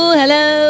hello